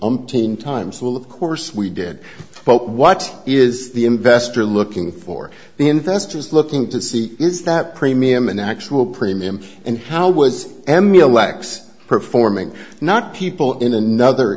umpteen times we'll of course we did but what is the investor looking for the investors looking to see is that premium an actual premium and how was emea lacks performing not people in another